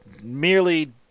merely